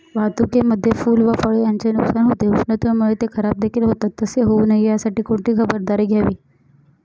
वाहतुकीमध्ये फूले व फळे यांचे नुकसान होते, उष्णतेमुळे ते खराबदेखील होतात तसे होऊ नये यासाठी कोणती खबरदारी घ्यावी?